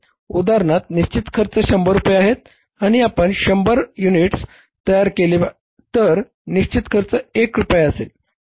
उदाहरणार्थ निश्चित खर्च शंभर रुपये आहे आणि आपण 100 युनिट्स तयार केले तर निश्चित खर्च 1 रुपया असेल